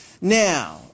Now